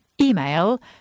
Email